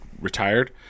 retired